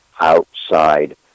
outside